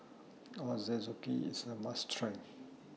Ochazuke IS A must Try